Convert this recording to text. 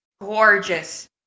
gorgeous